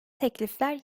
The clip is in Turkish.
teklifler